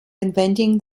inventing